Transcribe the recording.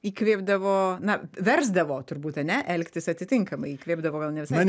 įkvėpdavo na versdavo turbūt ane elgtis atitinkamai įkvėpdavo gal ne visai